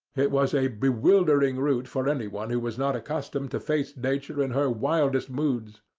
it was a bewildering route for anyone who was not accustomed to face nature in her wildest moods.